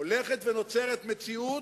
הולכת ונוצרת מציאות,